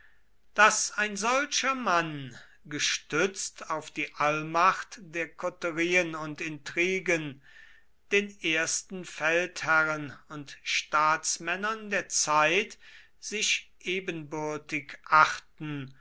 daß ein solcher mann gestützt auf die allmacht der koterien und intrigen den ersten feldherren und staatsmännern der zeit sich ebenbürtig achten